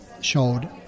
showed